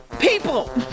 People